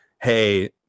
hey